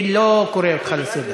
אני לא קורא אותך לסדר.